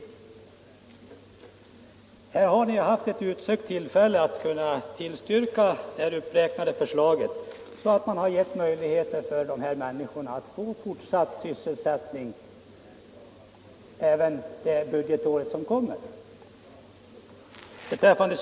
Moderaterna har här haft ett utsökt tillfälle att tillstyrka förslaget och därmed ge dessa människor möjlighet till en fortsatt sysselsättning även under det kommande budgetåret.